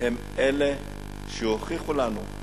הם אלה שהוכיחו לנו שהם כן מסוגלים.